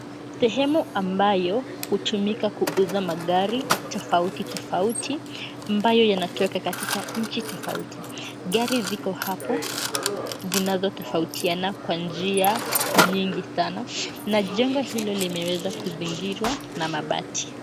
Sehemu ambayo hutumika kuuza magari tofautitofauti ambayo yanatoka katika nchi tofauti. Gari ziko hapo zinavyotofautiana kwa njia nyingi sana, na jengo hilo limeweza kuzingirwa na mabati.